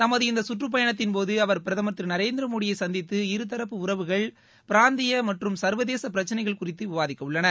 தமது இந்த கற்றப்பயணத்தின்போது அவர் பிரதமர் திரு நரேந்திர மோடியை சந்தித்து இருகரப்பு உறவுகள் பிராந்திய மற்றும் சா்வதேச பிரச்சினைகள் குறித்து விவாதிக்க உள்ளனர்